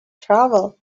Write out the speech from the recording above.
travel